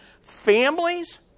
Families